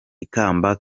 ikamba